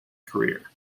career